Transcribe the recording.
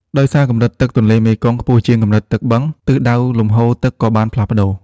ដោយសារកម្រិតទឹកទន្លេមេគង្គខ្ពស់ជាងកម្រិតទឹកបឹង ទិសដៅលំហូរទឹកក៏បានផ្លាស់ប្តូរ។